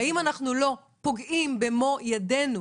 האם אנחנו לא פוגעים במו ידינו,